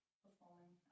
performing